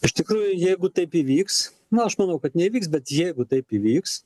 iš tikrųjų jeigu taip įvyks na aš manau kad neįvyks bet jeigu taip įvyks